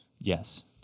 Yes